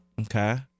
Okay